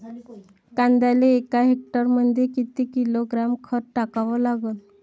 कांद्याले एका हेक्टरमंदी किती किलोग्रॅम खत टाकावं लागन?